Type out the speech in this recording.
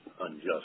unjust